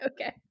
okay